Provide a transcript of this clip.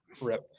rip